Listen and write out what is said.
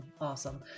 awesome